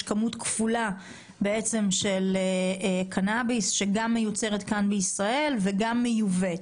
כמות כפולה של קנאביס שגם מיוצרת כאן בישראל וגם מיובאת.